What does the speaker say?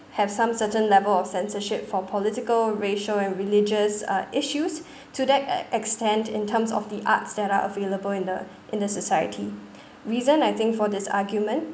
have some certain level of censorship for political racial and religious uh issues to that e~ extent in terms of the arts that are available in the in the society reason I think for this argument